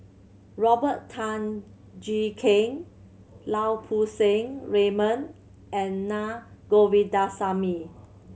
Robert Tan Jee Keng Lau Poo Seng Raymond and Naa Govindasamy